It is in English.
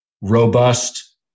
robust